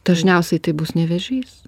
dažniausiai tai bus ne vėžys